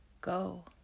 go